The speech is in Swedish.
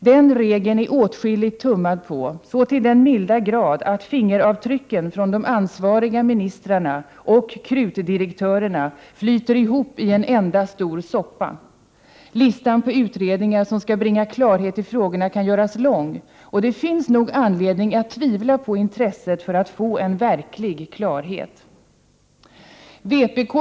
Den regeln är åtskilligt tummad på, ja, så till den milda grad att fingeravtrycken från de ansvariga ministrarna och krutdirektörerna flyter ihop i en enda stor soppa. Listan på utredningar som skall bringa klarhet i frågorna kan göras lång, och det finns nog anledning att tvivla på att intresset för att nå klarhet är särskilt stort.